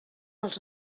als